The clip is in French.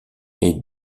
est